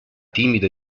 timido